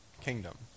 kingdom